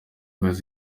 bahawe